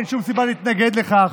אין שום סיבה להתנגד לכך.